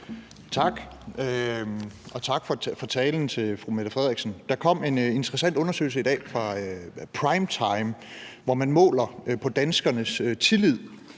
Tak, og tak til fru Mette Frederiksen for talen. Der kom en interessant undersøgelse i dag fra Primetime, hvor man måler på danskernes tillid